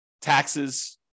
taxes